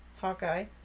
Hawkeye